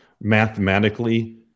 mathematically